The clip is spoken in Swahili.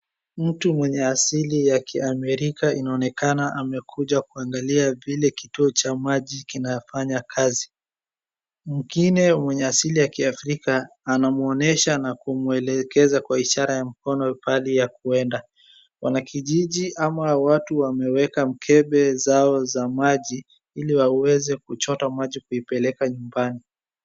Mtu mwenye asili ya kiamerika inaonekana amekuja kuangalia vile kituo cha maji kinafanya kazi. Mwingine wenye asili ya kiafrika anamuonyesha na kumwelekeza kwa ishara ya mkono pahali ya kueda. Wanakijiji ama watu wameweka mkebe zao za maji ili waweze kushota maji kuipeleka nyumbani.